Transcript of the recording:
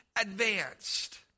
advanced